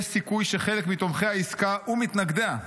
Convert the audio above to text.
יש סיכוי שחלק מתומכי העסקה (ומתנגדיה)